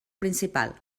principal